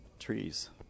trees